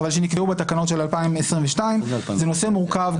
אבל שנקבעו בתקנות של 2022. זה נושא מורכב.